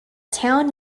town